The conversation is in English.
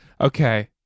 Okay